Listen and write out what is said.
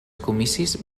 comicis